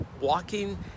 walking